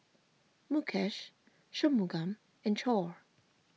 Mukesh Shunmugam and Choor